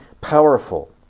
powerful